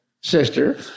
sister